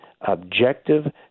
objective